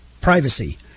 privacy